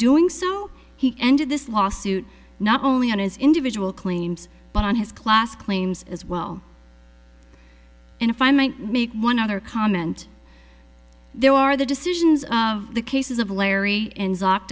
doing so he ended this lawsuit not only on his individual claims but on his class claims as well and if i might make one other comment there are the decisions of the cases of larry